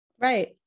Right